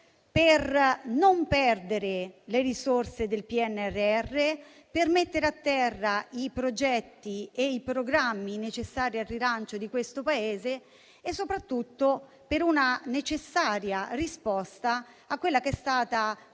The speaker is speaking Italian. per non perdere le risorse del PNRR, mettere a terra i progetti e i programmi necessari al rilancio di questo Paese e soprattutto dare una necessaria risposta a quella che è stata dapprima